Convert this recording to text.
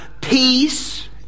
Peace